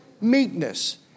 meekness